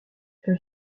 elle